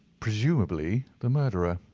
presumably the murderer,